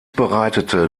bereitete